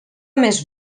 més